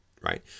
right